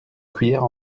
cuillère